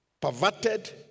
perverted